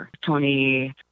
Tony